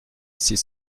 six